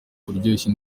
kuryoshya